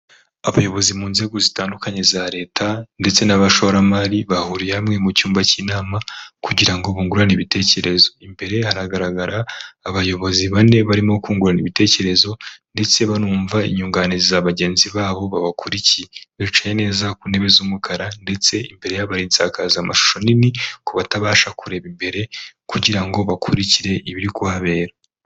Abayobozi mu nzego zitandukanye za leta ndetse n'abashoramari bahuriye hamwe mu cyumba cy'inama kugira ngo bungurane ibitekerezo, imbere haragaragara abayobozi bane barimo kungurana ibitekerezo ndetse bunumva inyunganizi za bagenzi babo babakurikiye, bicaye neza ku ntebe z'umukara ndetse imbere yabo hari insakazamashusho nini ku batabasha kureba imbere kugira ngo bakurikire ibiri kubera.